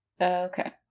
Okay